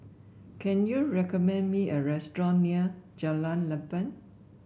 can you recommend me a restaurant near Jalan Lempeng